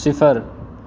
صفر